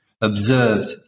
observed